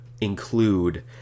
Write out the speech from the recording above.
include